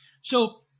So-